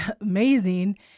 amazing